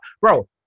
Bro